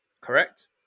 Correct